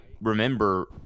remember